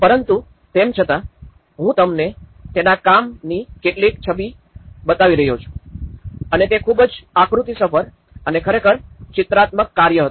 પરંતુ તેમ છતાં હું તમને તેના કામની કેટલીક છબીઓ બતાવી શકું અને તે ખૂબ જ આકૃતિસભર અને ખરેખર ચિત્રાત્મક કાર્ય હતું